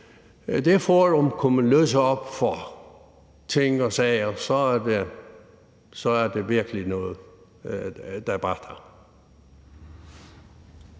det forum kunne løse op for ting og sager, er det virkelig noget, der batter.